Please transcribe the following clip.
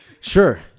Sure